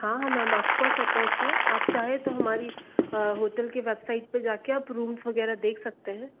हाँ हाँ ma'am of course attach हैं आप चाहें तो हमारी होटल की वेबसाइट पर जा कर आप रूम्स वग़ैरह देख सकते हैं